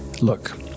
look